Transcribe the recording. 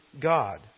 God